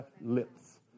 lips